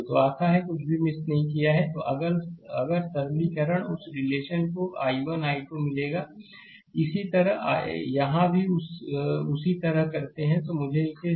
तो आशा कुछ भी मिस नहीं किया है तो अगर सरलीकरण उस रिलेशन को I1 I2 मिलेगा इसी तरह यहाँ भी उसी तरह करते हैं तो मुझे इसे करने दो